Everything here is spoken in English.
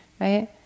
right